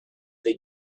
they